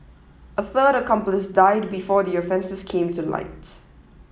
a third accomplice died before the offences came to light